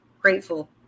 grateful